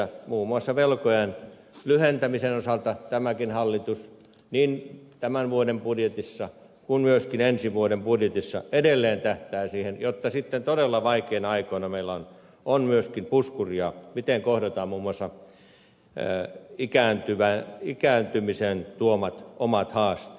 muun muassa velkojen lyhentämisen osalta tämäkin hallitus niin tämän vuoden budjetissa kuin myöskin ensi vuoden budjetissa edelleen tähtää siihen jotta sitten todella vaikeina aikoina meillä on myöskin puskuria kun kohdataan muun muassa ikääntymisen tuomat omat haasteet